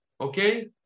okay